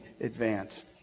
advance